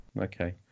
Okay